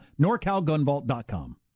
Norcalgunvault.com